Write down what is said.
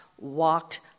walked